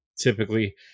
typically